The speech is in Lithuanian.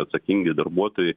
atsakingi darbuotojai